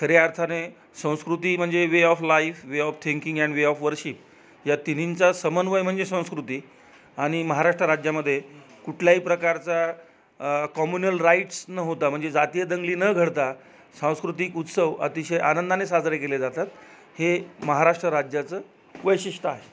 खऱ्या अर्थाने संस्कृती म्हणजे way of life way of thinking and way of worship या तिन्हींचा समन्वय म्हणजे संस्कृती आणि महाराष्ट्र राज्यामध्ये कुठल्याही प्रकारचा कॉम्युनल राईट्स न होता म्हणजे जातीय दंगली न घडता सांस्कृतिक उत्सव अतिशय आनंदाने साजरे केले जातात हे महाराष्ट्र राज्याचं वैशिष्ट आहे